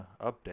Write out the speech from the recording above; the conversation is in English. update